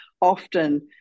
often